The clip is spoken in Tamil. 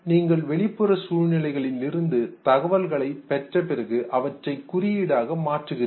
நீங்கள் வெளிப்புற சூழ்நிலைகளிலிருந்து தகவல்களைப் பெற்ற பிறகு அவற்றை குறியீடாக மாற்றுகிறீர்கள்